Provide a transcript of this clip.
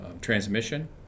transmission